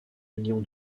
million